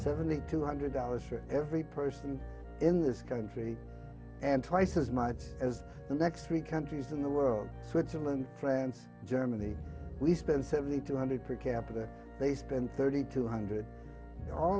seventy two hundred dollars for every person in this country and twice as much as the next three countries in the world switzerland france germany we spend seventy two hundred per capita they spend thirty two hundred